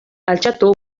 altxatu